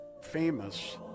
Famous